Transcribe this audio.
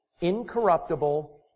incorruptible